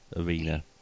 arena